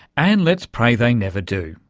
and let's pray they never do.